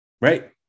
Right